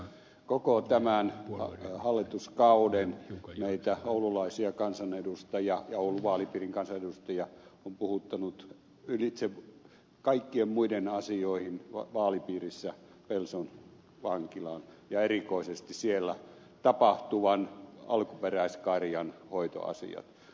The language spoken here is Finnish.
koko tämän hallituskauden meitä oululaisia kansanedustajia ja oulun vaalipiirin kansanedustajia on puhuttanut ylitse kaikkien muiden asioiden vaalipiirissä pelson vankila ja erikoisesti sen maatilan alkuperäiskarjan hoitoasiat